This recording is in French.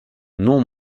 non